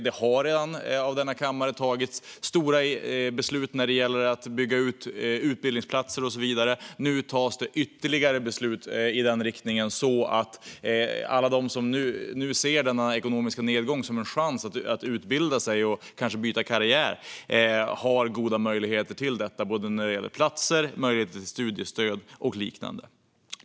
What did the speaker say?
Det har redan av denna kammare tagits stora beslut när det gäller att bygga ut antalet utbildningsplatser och så vidare, och nu tas det ytterligare beslut i den riktningen så att alla de som nu ser denna ekonomiska nedgång som en chans att utbilda sig och kanske byta karriär har goda möjligheter till detta när det gäller platser, studiestöd och liknande.